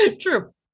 True